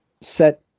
set